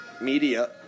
media